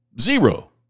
Zero